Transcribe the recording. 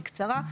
בקצרה,